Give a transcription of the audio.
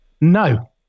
No